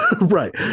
right